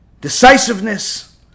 decisiveness